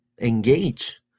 engage